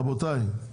רבותיי,